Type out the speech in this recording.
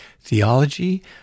theology